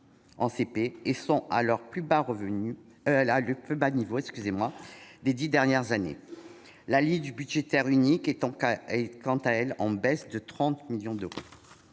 niveau le plus bas depuis les dix dernières années. La ligne budgétaire unique est, quant à elle, en baisse de 30 millions d'euros.